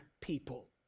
people